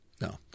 No